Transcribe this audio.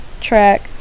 track